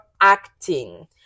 acting